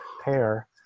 pair